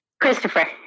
Christopher